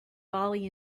bali